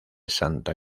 santa